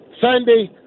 Sunday